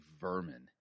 vermin